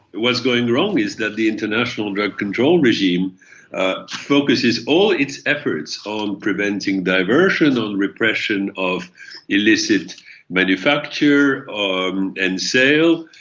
what's going wrong is that the international drug control regime focuses all its efforts on preventing diversion, on repression of illicit manufacture, on end sale,